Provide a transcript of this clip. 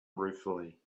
ruefully